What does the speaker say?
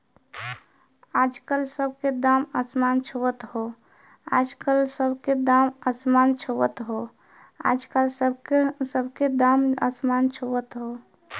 आजकल सब के दाम असमान छुअत हौ